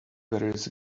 various